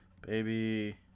Baby